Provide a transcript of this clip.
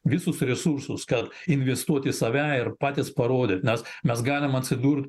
visus resursus kad investuoti į save ir patys parodyt nes mes galim atsidurt